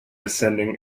ascending